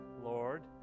Lord